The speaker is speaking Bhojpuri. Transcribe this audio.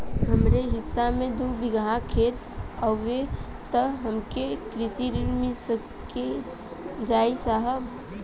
हमरे हिस्सा मे दू बिगहा खेत हउए त हमके कृषि ऋण मिल जाई साहब?